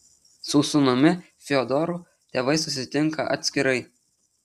su sūnumi fiodoru tėvai susitinka atskirai